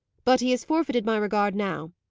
but he has forfeited my regard now,